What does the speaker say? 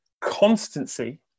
Constancy